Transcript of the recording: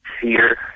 fear